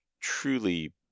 truly